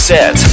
Set